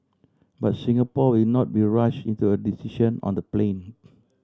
but Singapore will not be rushed into a decision on the plane